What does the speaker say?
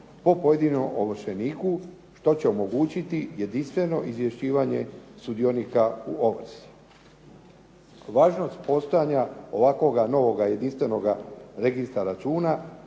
po pojedinom ovršeniku što će omogućiti jedinstveno izvješćivanje sudionika u ovrsi. Važnost postojanja ovakvog novog jedinstvenoga registra računa